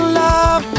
love